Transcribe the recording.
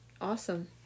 awesome